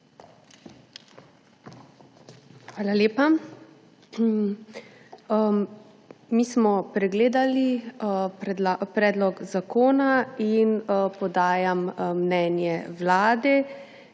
Hvala lepa. Mi smo pregledali predlog zakona. Podajam mnenje Vlade,